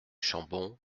chambon